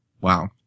Wow